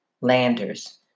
landers